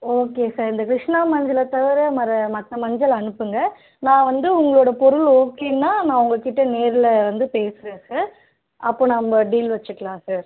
okay sir இந்த விஷ்னால் மஞ்சளை தவிர மர மற்ற மஞ்சள் அனுப்புங்கள் நான் வந்து உங்களோடய பொருள் ஓகேனால் நான் உங்கள்கிட்ட நேரில் வந்து பேசுகிறேன் சார் அப்போது நம்ம டீல் வச்சுக்கலாம் சார்